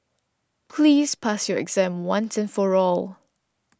please pass your exam once and for all